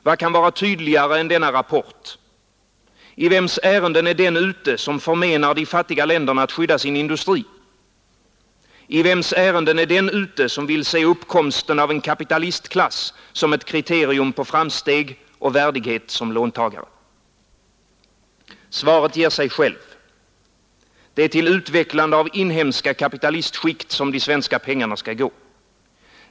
Vad kan vara tydligare än denna rapport? I vems ärenden är den ute som förmenar de fattiga länderna att skydda sin industri? I vems ärenden är den ute som vill se uppkomsten av en kapitalistklass som ett kriterium på framsteg och värdighet som låntagare? Svaret ger sig självt. Det är till utvecklande av inhemska kapitalistskikt som de svenska pengarna skall gå.